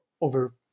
over